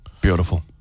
beautiful